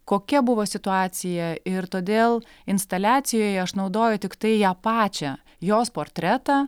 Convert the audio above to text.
kokia buvo situacija ir todėl instaliacijoje aš naudoju tiktai ją pačią jos portretą